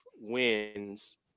wins